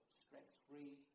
stress-free